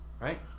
right